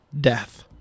death